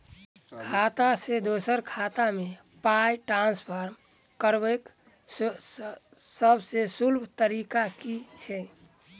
खाता सँ दोसर खाता मे पाई ट्रान्सफर करैक सभसँ सुलभ तरीका की छी?